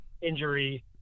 injury